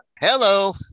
Hello